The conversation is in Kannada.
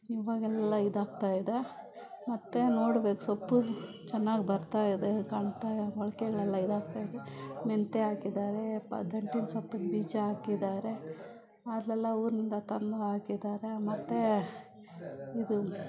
ಇವಾಗೆಲ್ಲ ಇದಾಗ್ತಾಯಿದೆ ಮತ್ತು ನೋಡ್ಬೇಕು ಸೊಪ್ಪು ಚೆನ್ನಾಗಿ ಬರ್ತಾಯಿದೆ ಕಾಣ್ತಾ ಮೊಳ್ಕೆಗಳೆಲ್ಲ ಇದಾಗ್ತಾಯಿದೆ ಮೆಂತೆ ಹಾಕಿದ್ದಾರೆ ಪ ದಂಟಿನ ಸೊಪ್ಪಿನ ಬೀಜ ಹಾಕಿದ್ದಾರೆ ಅದೆಲ್ಲ ಊರಿಂದ ತಂದುಹಾಕಿದ್ದಾರೆ ಮತ್ತೆ ಇದು